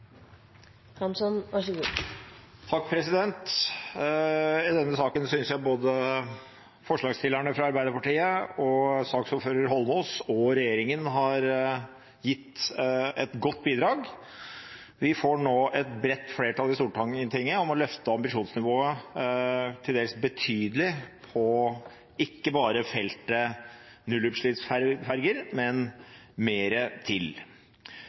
I denne saken synes jeg både forslagsstillerne fra Arbeiderpartiet, saksordfører Eidsvoll Holmås og regjeringen har gitt et godt bidrag. Vi får nå et bredt flertall i Stortinget for å løfte ambisjonsnivået til dels betydelig på ikke bare feltet nullutslippsferger, men mer til.